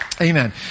Amen